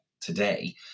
today